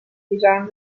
wiedziałem